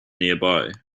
nearby